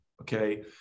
Okay